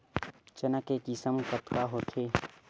चना के किसम कतका होथे?